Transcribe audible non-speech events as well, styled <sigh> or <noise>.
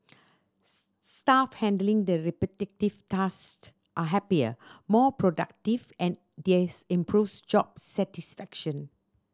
staff handling the repetitive <unintelligible> are happier more productive and this improves job satisfaction